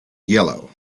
yellow